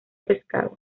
pescado